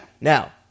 Now